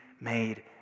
made